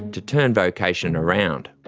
to turn vocation around.